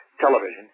television